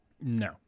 No